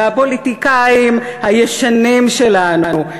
והפוליטיקאים הישנים שלנו,